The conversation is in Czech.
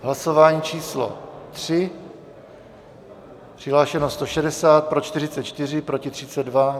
Hlasování číslo 3, přihlášeno 160, pro 44, proti 32.